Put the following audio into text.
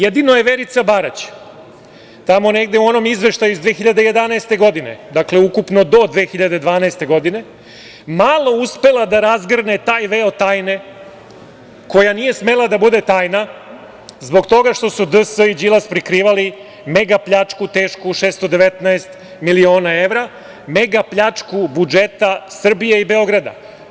Jedino je Verica Barać tamo negde u onom izveštaju iz 2011. godine, dakle ukupno do 2012. godine malo uspela da razgrne taj veo tajne koja nije smela da bude tajna zbog toga što su DS i Đilas prikrivali mega pljačku tešku 619 miliona evra, mega pljačku budžeta Srbije i Beograda.